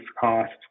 cost